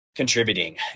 Contributing